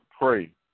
pray